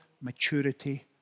maturity